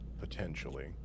potentially